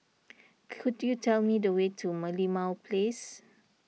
could you tell me the way to Merlimau Place